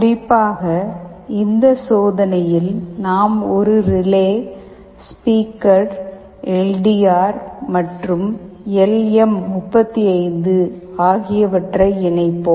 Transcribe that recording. குறிப்பாக இந்த சோதனையில் நாம் ஒரு relay speaker L D R மற்றும் எல் எம் 35 ஆகியவற்றை இணைப்போம்